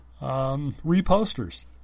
Reposters